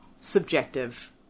subjective